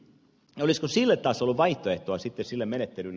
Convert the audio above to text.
olisiko sitten taas ollut vaihtoehtoa sille menettelylle